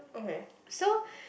so